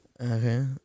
Okay